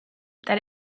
that